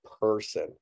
person